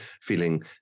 feeling